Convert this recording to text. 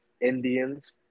Indians